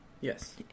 Yes